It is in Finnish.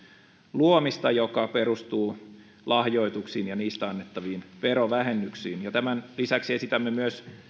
luomista joka perustuu lahjoituksiin ja niistä annettaviin verovähennyksiin tämän lisäksi esitämme myös